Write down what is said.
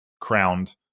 crowned